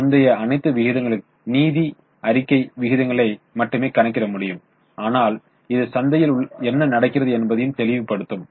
முந்தைய அனைத்து விகிதங்களும் நிதி அறிக்கை விகிதங்ககளை மட்டும் கணக்கிட உதவும் ஆனால் இது சந்தையில் என்ன நடக்கிறது என்பதையும் தெளிவுப்படுத்தும்